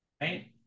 right